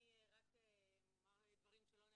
אני רק אומר דברים שלא נאמרו,